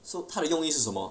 so 他的用意是什么